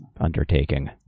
undertaking